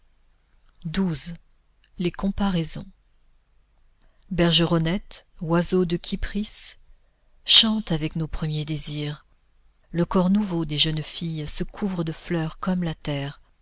les comparaisons bergeronnette oiseau de kypris chante avec nos premiers désirs le corps nouveau des jeunes filles se couvre de fleurs comme la terre